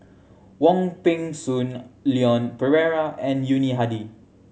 Wong Peng Soon Leon Perera and Yuni Hadi